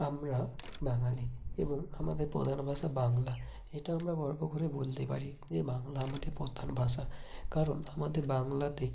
আমরা বাঙালি এবং আমাদের প্রধান ভাষা বাংলা এটা আমরা গর্ব করে বলতেই পারি যে বাংলা আমাদের প্রধান ভাষা কারণ আমাদের বাংলাতে